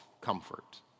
comfort